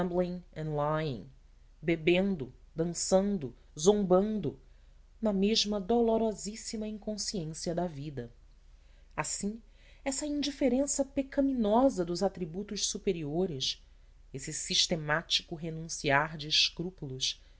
lying bebendo dançando zombando na mesma dolorosíssima inconsciência da vida assim essa indiferença pecaminosa dos atributos superiores esse sistemático renunciar de escrúpulos